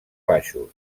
baixos